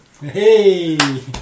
Hey